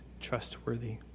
trustworthy